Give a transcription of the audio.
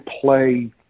play